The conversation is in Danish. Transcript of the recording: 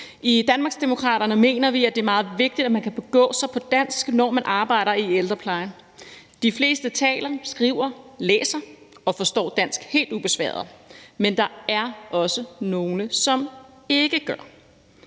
I Danmarksdemokraterne mener vi, at det er meget vigtigt, at man kan begå sig på dansk, når man arbejder i ældreplejen. De fleste taler, skriver, læser og forstår dansk helt ubesværet, men der er også nogle, som ikke gør.